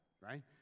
right